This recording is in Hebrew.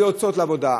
ויוצאות לעבודה.